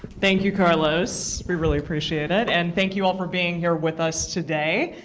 thank you, carlos. we really appreciate it. and thank you all for being here with us today.